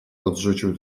odrzucił